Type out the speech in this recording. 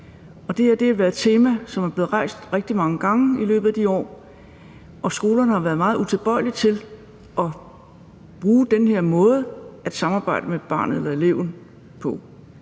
det her er et tema, som er blevet rejst rigtig mange gange i løbet af de år, og skolerne har været meget utilbøjelige til at bruge den her måde at samarbejde med barnet eller eleven på.